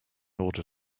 order